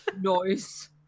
noise